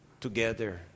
together